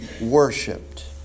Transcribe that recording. worshipped